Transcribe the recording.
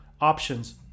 options